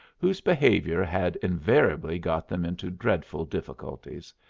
whose behaviour had invariably got them into dreadful difficulties,